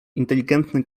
inteligentny